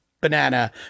banana